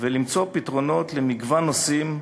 ולמצוא פתרונות למגוון נושאים,